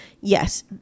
Yes